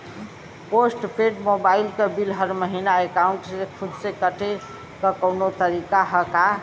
Post paid mobile क bill हर महिना एकाउंट से खुद से कटे क कौनो तरीका ह का?